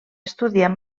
estudiar